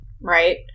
right